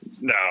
no